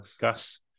Gus